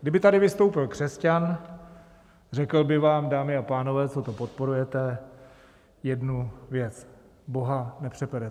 Kdyby tady vystoupil křesťan, řekl by vám, dámy a pánové, co to podporujete, jednu věc: Boha nepřeperete.